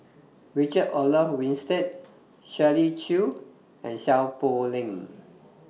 Richard Olaf Winstedt Shirley Chew and Seow Poh Leng